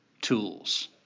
tools